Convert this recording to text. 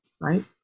right